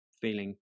feeling